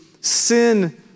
Sin